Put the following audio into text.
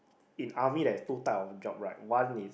in army there's two type of job right one is